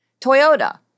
Toyota